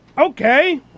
okay